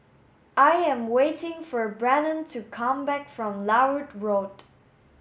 I am waiting for Brannon to come back from Larut Road